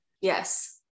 Yes